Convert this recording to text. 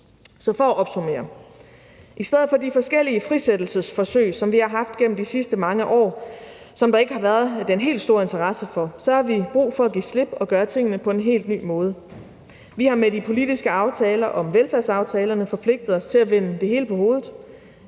I stedet for de forskellige frisættelsesforsøg, som vi har haft gennem de sidste mange år, og som der ikke har været den helt store interesse for, så har vi brug for at give slip og gøre tingene på en helt ny måde. Vi har med de politiske aftaler om velfærdsaftalerne forpligtet os til at vende det hele på hovedet.